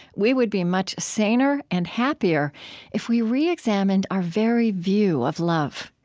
we would be much saner and happier if we reexamined our very view of love.